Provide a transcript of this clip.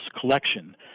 collection